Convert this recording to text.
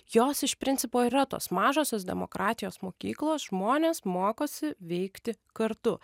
jos iš principo yra tos mažosios demokratijos mokyklos žmonės mokosi veikti kartu